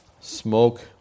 smoke